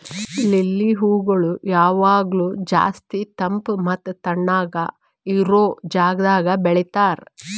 lily ಹೂಗೊಳ್ ಯಾವಾಗ್ಲೂ ಜಾಸ್ತಿ ತಂಪ್ ಮತ್ತ ತಣ್ಣಗ ಇರೋ ಜಾಗದಾಗ್ ಬೆಳಿತಾರ್